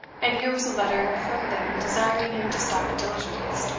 and here was a letter from them desiring him to stop the diligence.